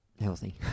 Healthy